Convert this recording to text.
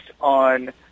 on